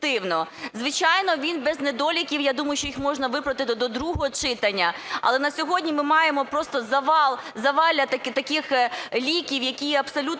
Звичайно, він не без недоліків, я думаю, що їх можна виправити до другого читання. Але на сьогодні ми маємо просто завал таких ліків, які абсолютно